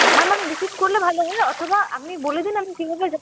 হ্যাঁ মানে রিসিভ করলে ভালো হয় অথবা আপনি বলে দিন আমি চিনে নেয়ে যাবো